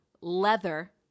leather